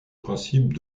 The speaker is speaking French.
principe